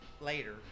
later